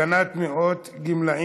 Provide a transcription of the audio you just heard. ההצעה להעביר את הנושא לוועדת החינוך